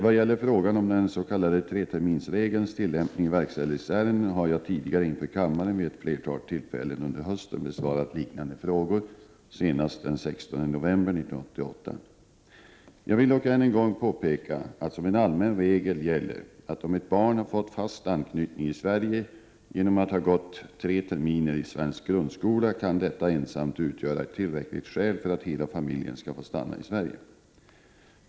Vad gäller frågan om den s.k. treterminsregelns tillämpning i verkställighetsärenden har jag tidigare inför kammaren vid ett flertal tillfällen under hösten besvarat liknande frågor, senast den 16 november 1988. Jag vill dock än en gång påpeka att som en allmän regel gäller att om ett barn har fått fast anknytning till Sverige genom att ha gått tre terminer i svensk grundskola kan detta ensamt utgöra ett tillräckligt skäl för att hela familjen skall få stanna i Sverige.